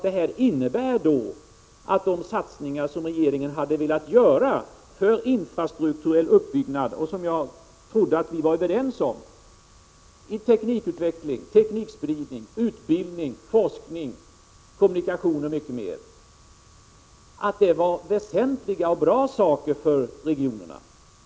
Det innebär att de satsningar som regeringen hade velat göra för infrastrukturell uppbyggnad — och som jag trodde att vi var överens om — för teknikutveckling, teknikspridning, utbildning, forskning, kommunikationer och mycket mera var väsentliga och bra saker för regionalpolitiken.